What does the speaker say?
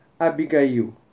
Abigail